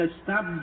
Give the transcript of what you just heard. stop